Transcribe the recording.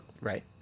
Right